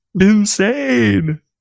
insane